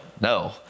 no